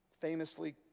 famously